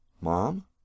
Mom